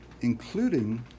including